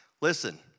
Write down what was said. Listen